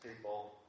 people